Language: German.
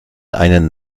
einen